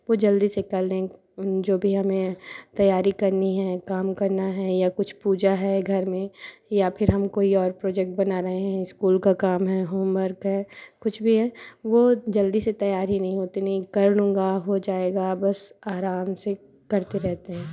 वो जल्दी से कर लें जो भी हमें तैयारी करनी है काम करना है या कुछ पूजा है घर में या फिर हम कोई और प्रोजेक्ट बना रहे हैं स्कूल का काम हैं होमवर्क है कुछ भी है वो जल्दी से तैयार ही नहीं होते नहीं कर लूँगा हो जाएगा बस आराम से करते रहते हैं